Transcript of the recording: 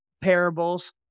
parables